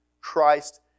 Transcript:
Christ